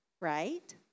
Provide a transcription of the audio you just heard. right